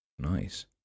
nice